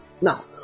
Now